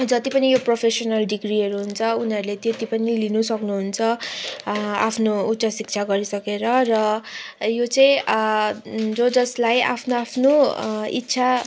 जति पनि यो प्रोफेसनल डिग्रीहरू हुन्छ उनीहरूले त्यति पनि लिनु सक्नुहुन्छ आ आफ्नो उच्च शिक्षा गरिसकेर र यो चाहिँ जो जोसलाई आफ्नो आफ्नो इच्छा